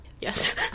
yes